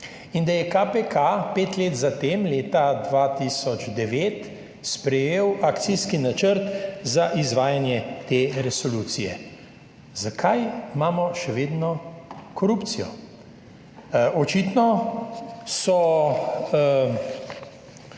in da je KPK pet let za tem, leta 2009 sprejel akcijski načrt za izvajanje te resolucije. Zakaj imamo še vedno korupcijo? Očitno ti